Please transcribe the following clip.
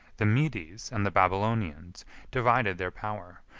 the medes and the babylonians divided their power,